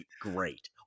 great